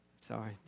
Sorry